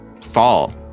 fall